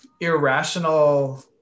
irrational